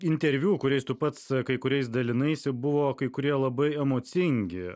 interviu kuriais tu pats kai kuriais dalinaisi buvo kai kurie labai emocingi